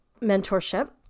mentorship